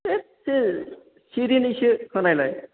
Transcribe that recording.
एसे सिरिनोसै होनायलाय